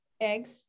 Eggs